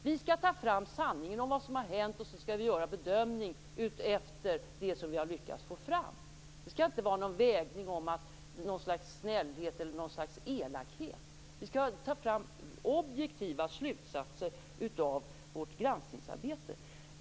Vi skall ta fram sanningen om vad som hänt och sedan göra vår bedömning utefter det som vi lyckats få fram. Det skall inte vägas mellan något slags snällhet eller elakhet. Vi skall ta fram objektiva slutsatser i vårt granskningsarbete.